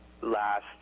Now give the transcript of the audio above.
last